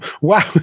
Wow